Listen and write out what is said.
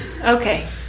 Okay